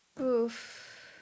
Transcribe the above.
Oof